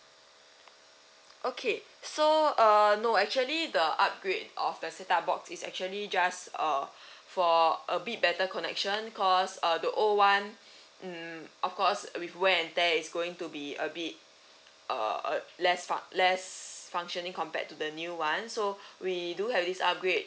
okay so uh no actually the upgrade of the set up box is actually just uh for a bit better connection cause uh the old one mm of course with wear and tear is going to be a bit uh less funct~ less functioning compared to the new ones so we do have this upgrade